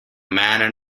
man